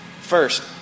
first